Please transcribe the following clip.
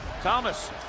Thomas